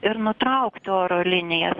ir nutraukti oro liniją